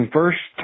first